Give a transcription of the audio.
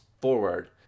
forward